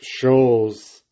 shows